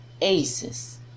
aces